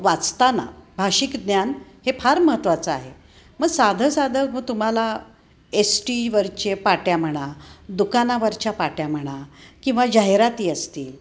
वाचताना भाषिक ज्ञान हे फार महत्वाचं आहे मग साधं साधं मग तुम्हाला एस टीवरचे पाट्या म्हणा दुकानावरच्या पाट्या म्हणा किंवा जाहिराती असतील